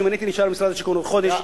שאם אני הייתי נשאר במשרד השיכון עוד חודש,